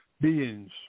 beings